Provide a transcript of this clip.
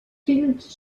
fills